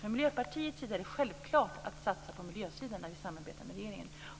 För Miljöpartiet är det självklart att satsa på miljösidan när vi samarbetar med regeringen.